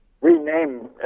Rename